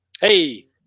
Hey